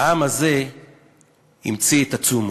העם הזה המציא את הצומוד.